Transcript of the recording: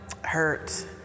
hurt